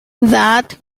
that